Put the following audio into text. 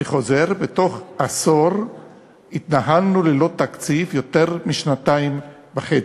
אני חוזר: בתוך עשור התנהלנו ללא תקציב יותר משנתיים וחצי.